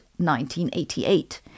1988